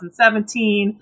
2017